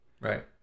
Right